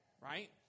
Right